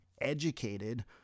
educated